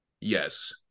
Yes